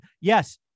Yes